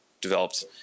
developed